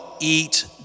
eat